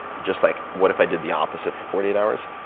just like what if i did the opposite for forty eight hours,